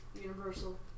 Universal